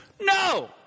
No